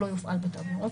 שלא יופעל בתו ירוק,